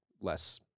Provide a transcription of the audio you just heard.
less